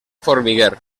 formiguer